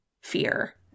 fear